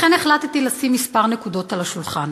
לכן החלטתי לשים כמה נקודות על השולחן: